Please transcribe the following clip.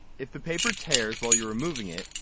if the paper tears while you are removing it,